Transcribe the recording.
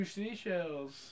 seashells